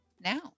now